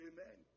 Amen